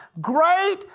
great